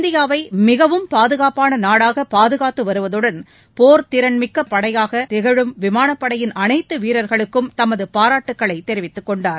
இந்தியாவை மிகவும் பாதுகாப்பான நாடாக பாதுகாத்து வருவதுடன் போர்த்திறன்மிக்க படையாகத் திகழும் விமானப்படையின் அனைத்து வீரர்களுக்கும் தமது பாராட்டுக்களை தெரிவித்துக் கொண்டார்